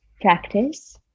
practice